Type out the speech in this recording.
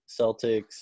Celtics